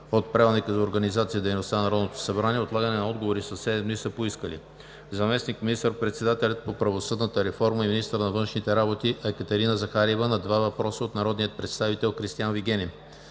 от Правилника за организацията и дейността на Народното събрание отлагане на отговори със седем дни са поискали: - заместник министър-председателят по правосъдната реформа и министър на външните работи Екатерина Захариева – на два въпроса от народния представител Кристиан Вигенин;